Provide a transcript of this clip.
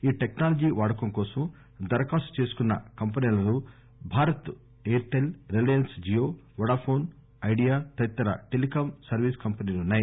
ఈ టెక్సాలజీ వాడకం కోసం దరఖాస్తు చేసుకున్న కంపెనీలలో భారతీ ఎయిర్ టెల్ రిలయన్స్ జీయో వొడాఫోన్ ఐడియా తదితర టెలికామ్ సర్వీస్ కంపెనీలున్నాయి